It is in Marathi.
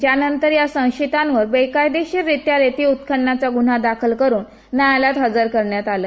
त्यानंतर या संशयितांवर बेकायदेशीर रित्या रेती उत्खननाचा गुन्हा दाखल करुन न्यायलयात हजर करण्यात आलं